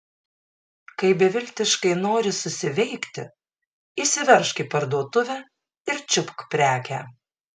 kai beviltiškai nori susiveikti įsiveržk į parduotuvę ir čiupk prekę